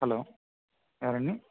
hello ఎవరండి